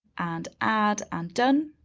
and add and done.